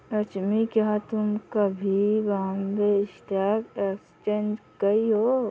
लक्ष्मी, क्या तुम कभी बॉम्बे स्टॉक एक्सचेंज गई हो?